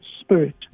spirit